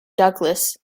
douglas